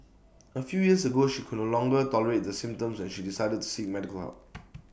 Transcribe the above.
A few years ago she could no longer tolerate the symptoms and she decided to seek medical help